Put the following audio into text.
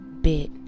bit